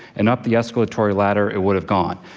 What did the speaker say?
and up the escalatory ladder it would have gone.